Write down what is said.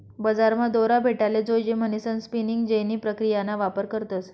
बजारमा दोरा भेटाले जोयजे म्हणीसन स्पिनिंग जेनी प्रक्रियाना वापर करतस